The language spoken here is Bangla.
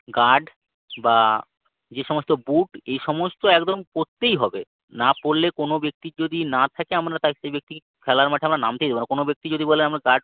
গার্ড বা যে সমস্ত বুট এই সমস্ত একদম পরতেই হবে না পরলে কোনো ব্যক্তির না থাকে আমরা তা সেই ব্যক্তিকে খেলার মাঠে আমরা নামতেই দেব না কোনো ব্যক্তি যদি বলে আমরা গার্ড